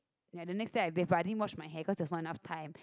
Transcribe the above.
ya the next day I bathe I didn't wash my hair cause there was not enough time